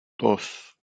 dos